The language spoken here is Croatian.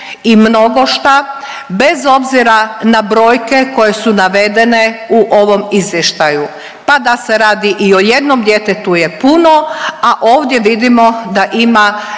i mnogo šta bez obzira na brojke koje su navedene u ovom izvještaju, pa da se radi i o jednom djetetu je puno, a ovdje vidimo da ima